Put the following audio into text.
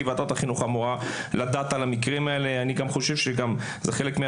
כי ועדת החינוך אמורה לדעת על המקרים האלה.